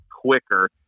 quicker